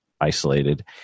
isolated